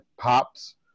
pops